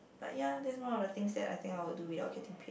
but ya that's one of the things that I can I will do without getting paid